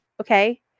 Okay